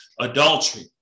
adultery